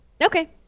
Okay